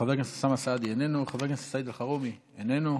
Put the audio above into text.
חבר הכנסת אוסאמה סעדי, איננו,